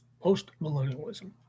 Post-millennialism